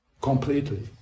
completely